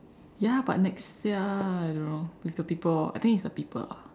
ya but next year I don't know with the people I think it's the people lah